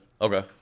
Okay